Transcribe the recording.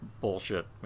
bullshit